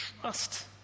trust